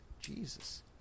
Jesus